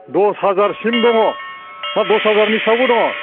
दस हाजारसिम दङ ना दस हाजारनि सायावबो दङ